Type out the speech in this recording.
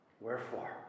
Wherefore